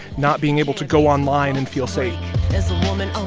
not being able to go online and feel safe as a woman,